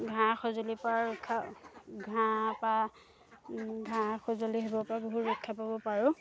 ঘাঁ খজুলিৰ পৰা ৰক্ষা ঘাঁ পৰা ঘাঁ খজুলি সেইবোৰ পৰা বহুত ৰক্ষা পাব পাৰোঁ